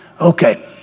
Okay